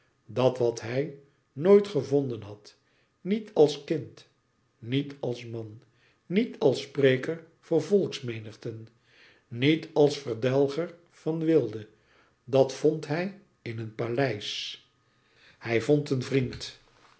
dat wat hij nooit gevonden had niet als kind niet als man niet als spreker voor volksmenigten niet als verdelger van weelde dat vond hij in een paleis hij vond een vriend